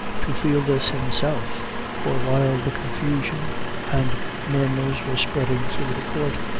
to feel this himself for while the confusion and murmurs were spreading through the court,